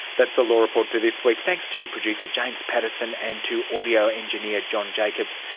that's the law report for this week. thanks to producer james pattison and to audio engineer john jacobs.